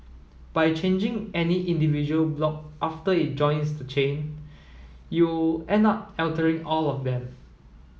by changing any individual block after it joins the chain you'll end up altering all of them